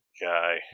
guy